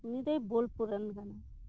ᱩᱱᱤ ᱫᱚᱭ ᱵᱳᱞᱯᱩᱨ ᱨᱮᱱ ᱠᱟᱱᱟ